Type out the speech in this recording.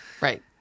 Right